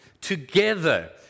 together